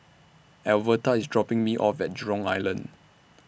Alverta IS dropping Me off At Jurong Island